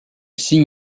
signe